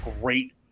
great